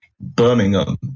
Birmingham